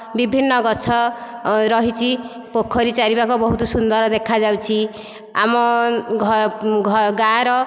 ବିଭିନ୍ନ ଗଛ ରହିଛି ପୋଖରୀ ଚାରି ପାଖ ବହୁତ ସୁନ୍ଦର ଦେଖାଯାଉଛି ଆମ ଗାଁର